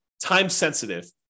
time-sensitive